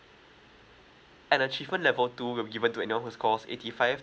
and achievement level two will be given to anyone who score eighty five